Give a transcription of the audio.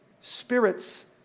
Spirits